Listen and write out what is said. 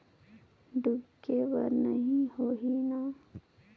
डूबे के बर नहीं होही न?